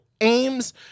aims